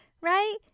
right